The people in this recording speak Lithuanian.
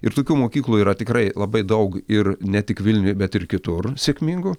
ir tokių mokyklų yra tikrai labai daug ir ne tik vilniuj bet ir kitur sėkmingų